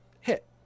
Hit